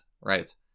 Right